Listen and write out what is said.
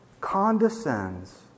condescends